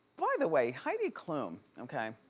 by the way, heidi klum, okay,